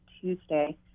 Tuesday